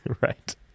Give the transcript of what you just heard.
right